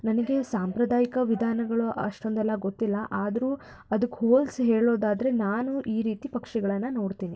ನನಗೆ ಸಾಂಪ್ರದಾಯಿಕ ವಿಧಾನಗಳು ಅಷ್ಟೊಂದೆಲ್ಲ ಗೊತ್ತಿಲ್ಲ ಆದರೂ ಅದಕ್ಕೆ ಹೋಲಿಸಿ ಹೇಳೋದಾದ್ರೆ ನಾನು ಈ ರೀತಿ ಪಕ್ಷಿಗಳನ್ನು ನೋಡ್ತೀನಿ